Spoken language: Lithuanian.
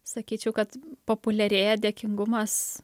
sakyčiau kad populiarėja dėkingumas